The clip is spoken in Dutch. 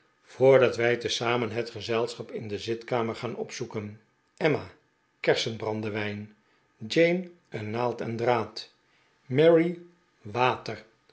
voordat wij tezamen het gezelschap in de zitkamer gaan opzoeken emma kersenbrandewijn jane een naald en draad mary water